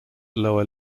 lower